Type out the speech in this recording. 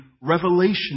revelation